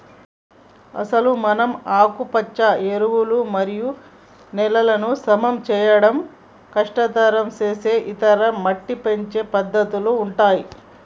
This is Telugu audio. అసలు మనం ఆకుపచ్చ ఎరువులు మరియు నేలలను సమం చేయడం కష్టతరం సేసే ఇతర మట్టి పెంచే పద్దతుల ఉంటాయి